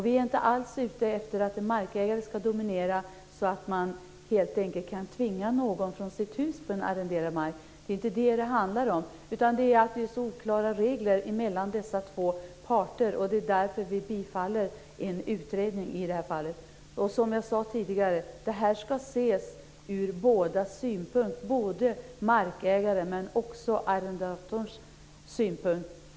Vi är inte alls ute efter att en markägare ska dominera så att man kan tvinga någon från sitt hus på en arrenderad mark. Det är inte detta det handlar om, utan det handlar om att det är så oklara regler mellan dessa två parter. Det är därför vi tillstyrker en utredning i det här fallet. Som jag sade tidigare ska detta ses från både markägarens och arrendatorns synpunkt.